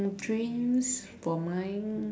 dreams for mine